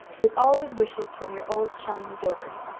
with all good wishes from your old chum, gilbert.